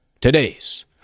Today's